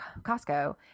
Costco